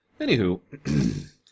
Anywho